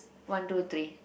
one two three